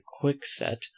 quickset